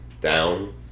down